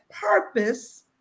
purpose